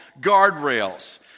Guardrails